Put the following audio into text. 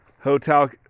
Hotel